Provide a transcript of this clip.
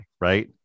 right